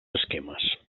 esquemes